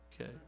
okay